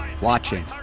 Watching